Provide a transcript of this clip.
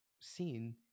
seen